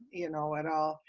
you know at all,